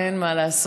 אין מה לעשות,